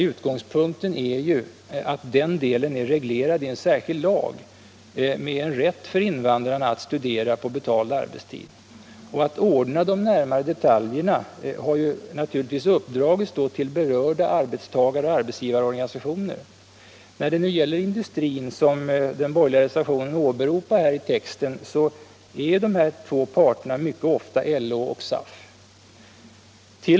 Utgångspunkten är att den delen av undervisningen är reglerad i en särskild lag med en rätt för invandrarna att studera på betald arbetstid. Att ordna de närmare detaljerna har uppdragits till berörda arbetstagareoch arbetsgivarorganisationer. När det gäller industrin, som den borgerliga reservationen åberopar, är LO och SAF de två parterna.